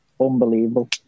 unbelievable